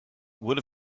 would